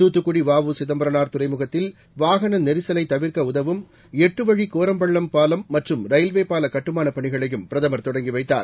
துத்துக்குடி வ உ சிதம்பரனாா் துறைமுகத்தில் வாகன நெரிசலை தவிர்க்க உதவும் எட்டு வழி கோரம்பள்ளம் பாலம் மற்றும் ரயில்வே பால கட்டுமானப் பணிகளையும் பிரதமர் தொடங்கி வைத்தார்